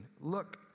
look